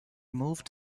moved